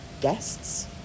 guests